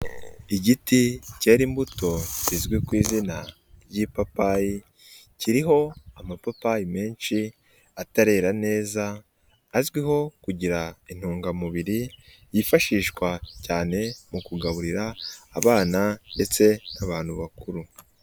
Igiti kera imbuto kizwi ku izina ry'ipapayi, kiriho amapapayi menshi atarera neza azwiho kugira intungamubiri yifashishwa cyane mu kugaburira abana ndetse n'abantu bakuru.